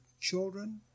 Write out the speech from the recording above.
children